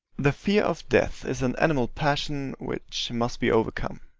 the fear of death is an animal passion which must be overcome.